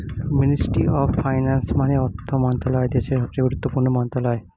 ministry of finance মানে অর্থ মন্ত্রণালয় দেশের সবচেয়ে গুরুত্বপূর্ণ মন্ত্রণালয়